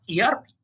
ERP